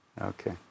Okay